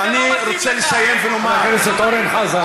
ואני רוצה לסיים ולומר, חבר הכנסת אורן חזן.